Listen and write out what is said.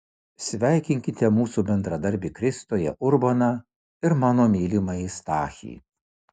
sveikinkite mūsų bendradarbį kristuje urboną ir mano mylimąjį stachį